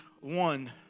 one